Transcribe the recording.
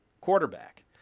quarterback